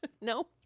No